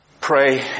pray